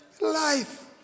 life